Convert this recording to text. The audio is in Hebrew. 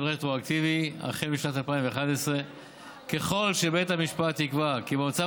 רטרואקטיבי החל משנת 2011. ככל שבית המשפט יקבע כי במצב